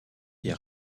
des